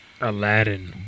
Aladdin